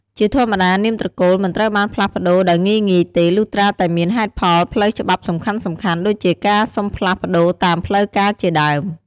ជាធម្មតានាមត្រកូល មិនត្រូវបានផ្លាស់ប្ដូរដោយងាយៗទេ លុះត្រាតែមានហេតុផលផ្លូវច្បាប់សំខាន់ៗ ដូចជាការសុំផ្លាស់ប្តូរតាមផ្លូវការជាដើម។